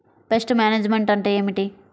Pest management అంటే ఏమిటి?